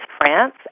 France